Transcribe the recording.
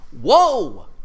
Whoa